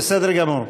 בסדר גמור.